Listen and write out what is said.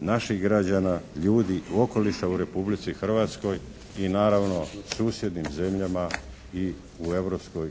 naših građana, ljudi, okoliša u Republici Hrvatskoj i naravno susjednim zemljama i u Europskoj